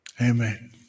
Amen